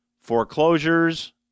Foreclosures